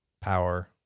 power